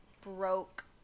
broke